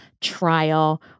trial